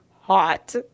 hot